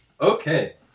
Okay